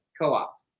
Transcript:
co-op